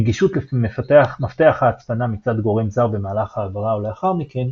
נגישות למפתח ההצפנה מצד גורם זר במהלך ההעברה או לאחר מכן,